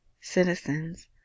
citizens